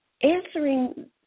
Answering